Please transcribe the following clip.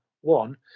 One